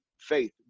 faith